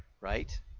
right